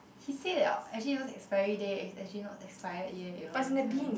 he said liao actually those expiry date is actually not expired yet you know it's kind